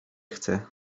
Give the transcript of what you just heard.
chce